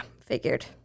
figured